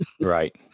Right